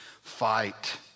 fight